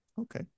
Okay